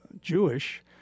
Jewish